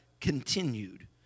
continued